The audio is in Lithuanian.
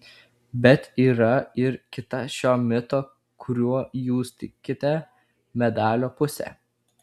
bet yra ir kita šio mito kuriuo jūs tikite medalio pusė